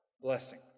blessing